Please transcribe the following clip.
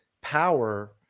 power